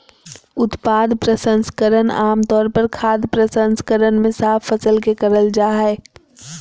उत्पाद प्रसंस्करण आम तौर पर खाद्य प्रसंस्करण मे साफ फसल के करल जा हई